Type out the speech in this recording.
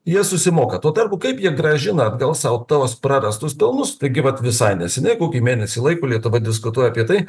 jie susimoka tuo tarpu kaip jie grąžina atgal savo tuos prarastus pelnus taigi vat visai neseniai kokį mėnesį laiko lietuva diskutuoja apie tai